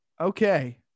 Okay